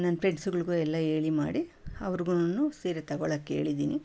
ನನ್ನ ಫ್ರೆಂಡ್ಸುಗಳ್ಗೂ ಎಲ್ಲ ಹೇಳಿ ಮಾಡಿ ಅವ್ರಿಗೂನು ಸೀರೆ ತಗೊಳ್ಳೋಕೆ ಹೇಳಿದ್ದೀನಿ